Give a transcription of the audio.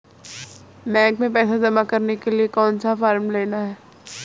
Bank में पैसा जमा करने के लिए कौन सा फॉर्म लेना है?